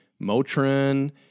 Motrin